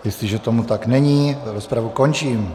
Jestliže tomu tak není, rozpravu končím.